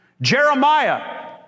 Jeremiah